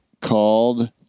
called